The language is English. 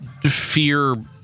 fear